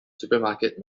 supermarket